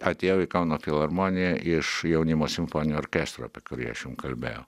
atėjau į kauno filharmoniją iš jaunimo simfoninio orkestro apie kurį aš jum kalbėjau